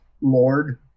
Lord